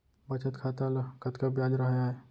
बचत खाता ल कतका ब्याज राहय आय?